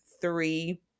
three